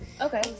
Okay